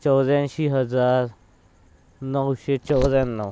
चौऱ्याऐंशी हजार नऊशे चौऱ्याण्णव